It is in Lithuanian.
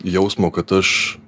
jausmo kad aš